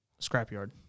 Scrapyard